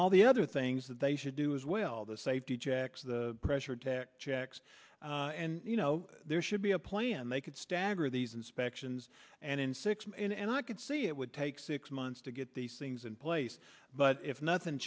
all the other things that they should do as well the safety checks the pressure tactics and you know there should be a plan they could stagger these inspections and in six and i could see it would take six months to get these things in place but if nothing